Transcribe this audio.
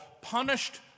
punished